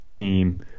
team